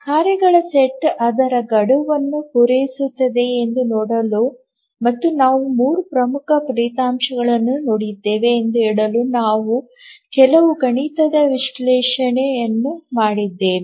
ಕಾರ್ಯಗಳ ಸೆಟ್ ಅದರ ಗಡುವನ್ನು ಪೂರೈಸುತ್ತದೆಯೇ ಎಂದು ನೋಡಲು ಮತ್ತು ನಾವು 3 ಪ್ರಮುಖ ಫಲಿತಾಂಶಗಳನ್ನು ನೋಡಿದ್ದೇವೆ ಎಂದು ಹೇಳಲು ನಾವು ಕೆಲವು ಗಣಿತದ ವಿಶ್ಲೇಷಣೆಯನ್ನು ಮಾಡಿದ್ದೇವೆ